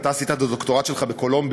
אתה עשית את הדוקטורט שלך בקולומביה,